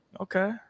okay